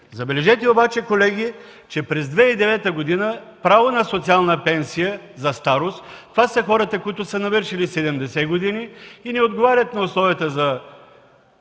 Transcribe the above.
Забележете обаче, колеги, че през 2009 г. право на социална пенсия за старост имат хората, навършили 70 години и отговарящи на условията за